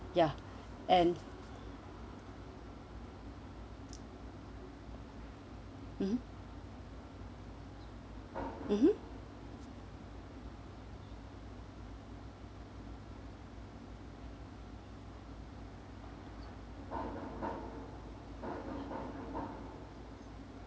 ya and mmhmm mmhmm